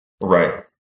right